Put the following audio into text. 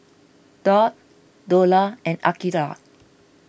Daud Dollah and Aqeelah